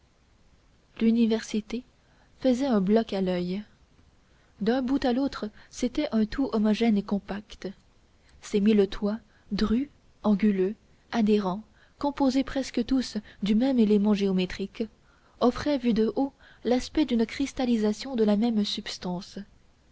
l'université faisait un bloc à l'oeil d'un bout à l'autre c'était un tout homogène et compact ces mille toits drus anguleux adhérents composés presque tous du même élément géométrique offraient vus de haut l'aspect d'une cristallisation de la même substance